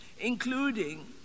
including